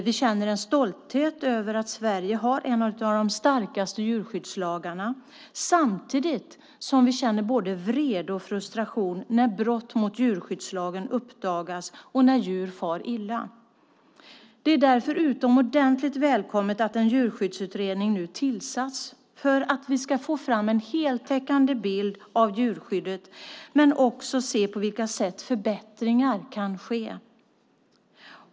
Vi känner en stolthet över att Sverige har en av de starkaste djurskyddslagarna, samtidigt som vi känner både vrede och frustration när brott mot djurskyddslagen uppdagas och när djur far illa. Det är därför utomordentligt välkommet att en djurskyddsutredning nu har tillsatts för att vi ska få fram en heltäckande bild av djurskyddet men också se på vilka sätt förbättringar kan ske.